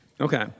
Okay